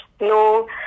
No